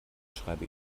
schreibe